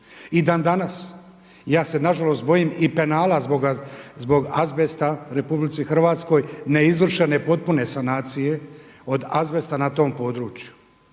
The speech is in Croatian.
I dan danas ja se nažalost bojim i penala zbog azbesta u RH, ne izvršene potpune sanacije od azbesta na tom području.